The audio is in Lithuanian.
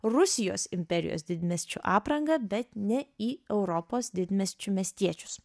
rusijos imperijos didmiesčių aprangą bet ne į europos didmiesčių miestiečius